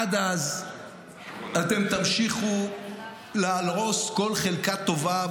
עד אז אתם תמשיכו להרוס כל חלקה טובה,